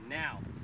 now